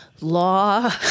law